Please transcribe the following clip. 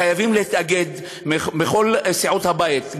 חייבים להתאגד מכל סיעות הבית,